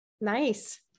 nice